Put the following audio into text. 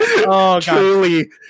Truly